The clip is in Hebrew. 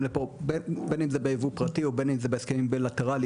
לפה בין אם זה יבוא פרטי פרטי ובין הסכם בילטרלי.